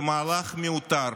זה מהלך מיותר